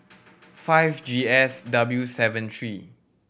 five G S W seven three